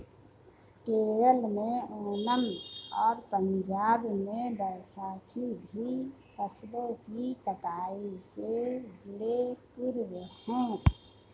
केरल में ओनम और पंजाब में बैसाखी भी फसलों की कटाई से जुड़े पर्व हैं